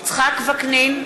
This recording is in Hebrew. יצחק וקנין,